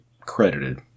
credited